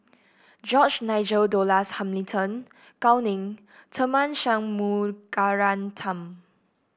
George Nigel Douglas Hamilton Gao Ning Tharman Shanmugaratnam